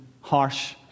harsh